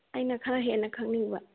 ꯑꯩꯅ ꯈꯔ ꯍꯦꯟꯅ ꯈꯪꯅꯤꯡꯕ